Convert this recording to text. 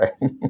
right